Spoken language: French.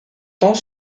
tant